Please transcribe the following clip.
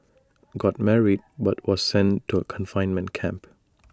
got married but was sent to A confinement camp